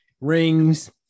rings